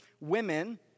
women